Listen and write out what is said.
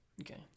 Okay